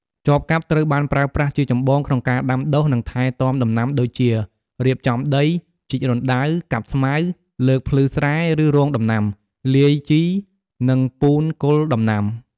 ចបកាប់ត្រូវបានប្រើប្រាស់ជាចម្បងក្នុងការដាំដុះ និងថែទាំដំណាំដូចជា រៀបចំដី ជីករណ្តៅ កាប់ស្មៅ លើកភ្លឺស្រែ ឬ រងដំណាំ លាយជីនិងពូនគល់ដំណាំ។